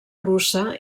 russa